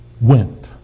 went